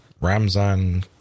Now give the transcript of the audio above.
Ramzan